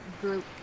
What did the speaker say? group